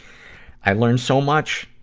i learn so much!